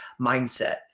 mindset